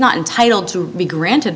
not entitled to be granted